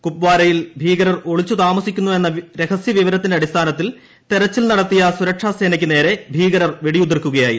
കുപ്വാരയിൽ ഭീകരർ ഒളിച്ചുതാമസിക്കുന്നുവെന്ന രഹസ്യ വിവരത്തിന്റെ അടിസ്ഥാനത്തിൽ തെരച്ചിൽ നടത്തിയ സുരക്ഷാ സേനയ്ക്ക് വെടിയുതിർക്കുകയായിരുന്നു